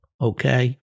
okay